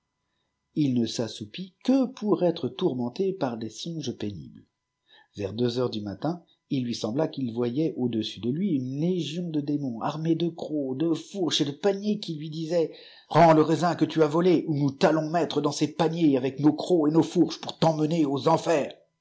il ne s'assoupit que pour être tourmenté par des songes pénibles vers deux heures du matin il lui sembla qu'il voyait au dessus de lui une légion de démons armés de crocs de fourches ei de paniers qui lui disaient ce rends le raisin que tu as volé ou nous t'allons mettre dans ces paniers avec nos crocs et nos fourches pour t'emmener aux enfers